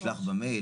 בסדר.